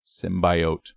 Symbiote